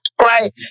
right